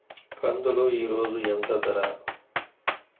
కందులు ఈరోజు ఎంత ధర?